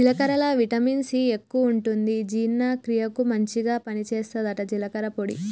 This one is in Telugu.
జీలకర్రల విటమిన్ సి ఎక్కువుంటది జీర్ణ క్రియకు మంచిగ పని చేస్తదట జీలకర్ర పొడి